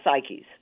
psyches